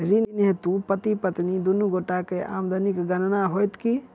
ऋण हेतु पति पत्नी दुनू गोटा केँ आमदनीक गणना होइत की?